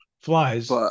Flies